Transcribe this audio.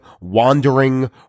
wandering